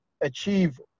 achieve